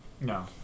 No